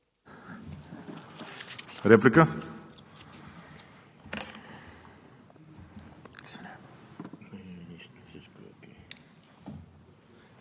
Реплика